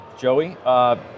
Joey